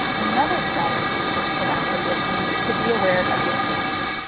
another strategy of active listening is to be aware of your stance.